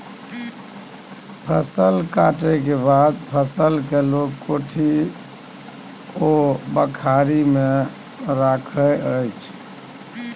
फसल कटलाक बाद फसल केँ लोक कोठी आ बखारी मे राखै छै